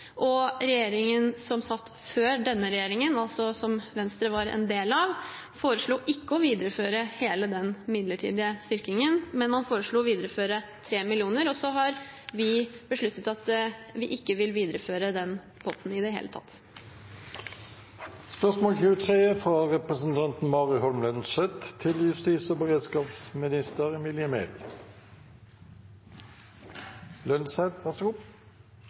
en del av, foreslo ikke å videreføre hele den midlertidige styrkingen, men man foreslo å videreføre 3 mill. kr, og så har vi besluttet at vi ikke vil videreføre den potten i det hele tatt. Jeg tillater meg å stille følgende spørsmål til justis- og